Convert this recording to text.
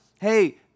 Hey